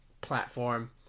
platform